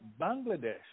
Bangladesh